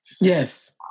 Yes